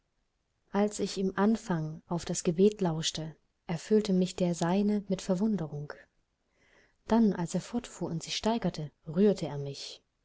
als ich im anfang auf das gebet lauschte erfüllte mich der seine mit verwunderung dann als er fortfuhr und sich steigerte rührte er mich